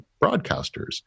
broadcasters